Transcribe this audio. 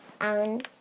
on